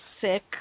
sick